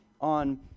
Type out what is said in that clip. on